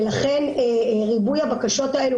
ולכן ריבוי הבקשות האלה,